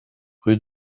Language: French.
rue